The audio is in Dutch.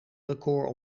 record